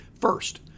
First